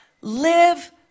Live